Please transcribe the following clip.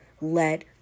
let